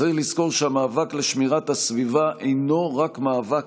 צריך לזכור שהמאבק לשמירת הסביבה אינו רק מאבק